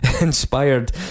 Inspired